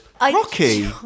Rocky